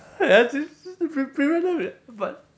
ya she she pre~ premium lian is but